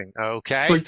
Okay